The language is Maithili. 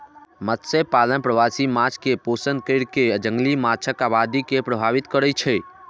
मत्स्यपालन प्रवासी माछ कें पोषण कैर कें जंगली माछक आबादी के प्रभावित करै छै